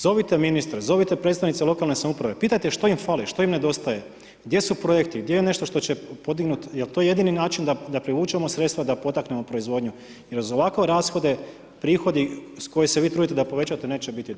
Zovite ministre, zovite predstavnike lokalne samouprave, pitajte što im fali, što im nedostaje, gdje su projekti, gdje je nešto što će podignuti, jer to je jedini način, da povučemo sredstva, da potaknemo proizvodnju, jer za ovakve rashode, prihodi s koje se vi trudite da povećate neće biti dovoljno.